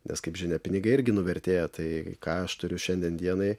nes kaip žinia pinigai irgi nuvertėja tai ką aš turiu šiandien dienai